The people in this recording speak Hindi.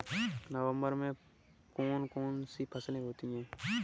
नवंबर में कौन कौन सी फसलें होती हैं?